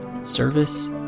service